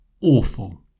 Awful